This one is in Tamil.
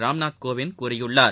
ராம்நாத் கோவிந்த் கூறியுள்ளார்